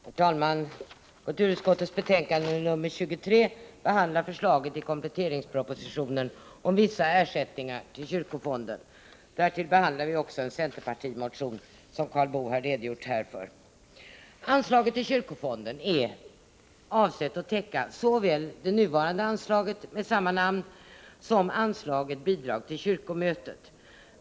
Herr talman! I kulturutskottets betänkande nr 23 behandlas förslaget i kompletteringspropositionen om vissa ersättningar till kyrkofonden. Därtill behandlas också en centerpartimotion, som Karl Boo här har redogjort för. Anslaget till kyrkofonden är avsett att täcka såväl det nuvarande anslaget, med samma beteckning, som anslaget Bidrag till kyrkomötet.